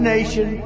Nation